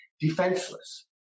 defenseless